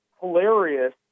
hilarious